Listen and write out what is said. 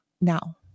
now